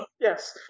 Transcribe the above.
Yes